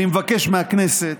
אני מבקש מהכנסת